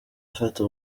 afata